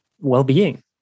well-being